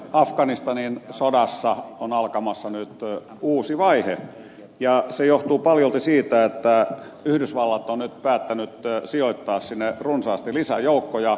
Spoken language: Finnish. afganistanin sodassa on alkamassa nyt uusi vaihe ja se johtuu paljolti siitä että yhdysvallat on nyt päättänyt sijoittaa sinne runsaasti lisäjoukkoja